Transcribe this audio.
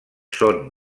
són